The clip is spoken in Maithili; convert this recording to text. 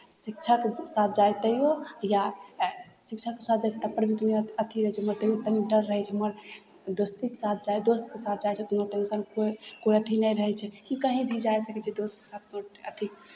शिक्षक साथ जाइ तैओ शिक्षकके साथ जाइ छियै तबपर भी उतने अथी रहै छै मगर तैओ तनी डर रहै छै मगर दोस्तीके साथ जाय दोस्तके साथ जाइ छै कोनो टेंसन कोइ कोइ अथी नहि रहै छै कि कहीँ भी जाय सकै छी दोस्तके साथमे अथी